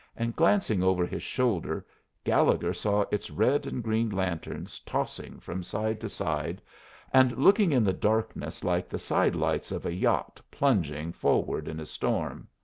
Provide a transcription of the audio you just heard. and glancing over his shoulder gallegher saw its red and green lanterns tossing from side to side and looking in the darkness like the side-lights of a yacht plunging forward in a storm.